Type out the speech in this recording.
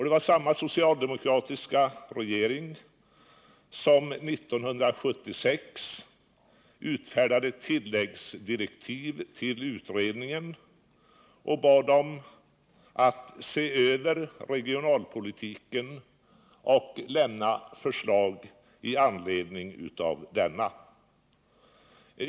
Det var samma socialdemokratiska regering som 1976 utfärdade tilläggsdirektiv till utredningen och bad den se över regionalpolitiken och lämna förslag i anledning därav.